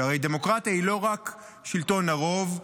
שהרי דמוקרטיה היא לא רק שלטון הרוב,